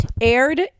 aired